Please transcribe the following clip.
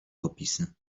opisy